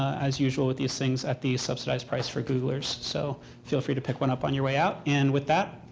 as usual with these things, at the subsidized price for googlers. so feel free to pick one up on your way out. and with that,